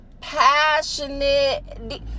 passionate